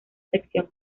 sección